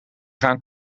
gaan